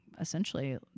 essentially